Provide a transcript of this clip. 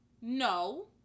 No